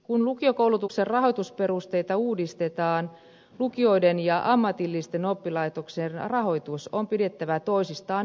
kun lukiokoulutuksen rahoitusperusteita uudistetaan lukioiden ja ammatillisten oppilaitoksien rahoitus on pidettävä erillään